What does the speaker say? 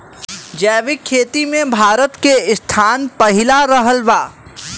जैविक खेती मे भारत के स्थान पहिला रहल बा